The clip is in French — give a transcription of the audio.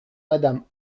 madame